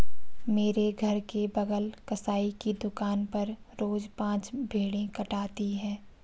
मेरे घर के बगल कसाई की दुकान पर रोज पांच भेड़ें कटाती है